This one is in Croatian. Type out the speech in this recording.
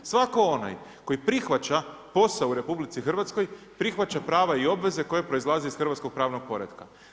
Svako onaj koji prihvaća posao u RH prihvaća prava i obveze koje proizlaze iz hrvatskog pravnog poretka.